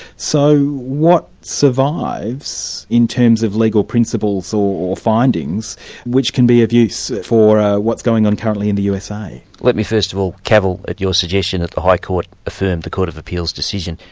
so what survives in terms of legal principles or or findings which can be of use for ah what's going on currently in the usa? let me first of all cavil at your suggestion that the high court affirmed the court of appeal's decision.